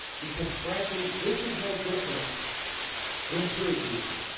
because frankly this is no different than jury duty